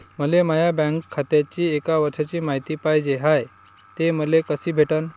मले माया बँक खात्याची एक वर्षाची मायती पाहिजे हाय, ते मले कसी भेटनं?